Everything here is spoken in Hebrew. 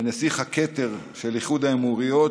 לנסיך הכתר של איחוד האמירויות,